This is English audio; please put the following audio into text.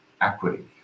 equity